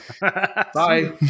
Bye